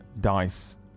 dice